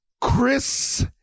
Chris